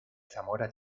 zamora